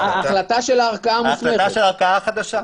ההחלטה של הערכאה החדשה.